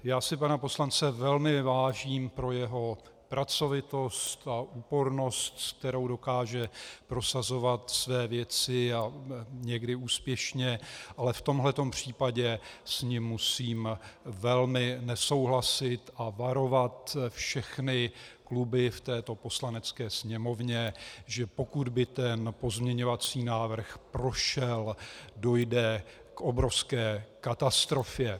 Já si pana poslance velmi vážím pro jeho pracovitost a úpornost, se kterou dokáže prosazovat své věci, a někdy úspěšně, ale v tomhle případě s ním musím velmi nesouhlasit a varovat všechny kluby v této Poslanecké sněmovně, že pokud by ten pozměňovací návrh prošel, dojde k obrovské katastrofě.